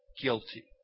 guilty